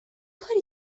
کاری